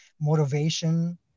motivation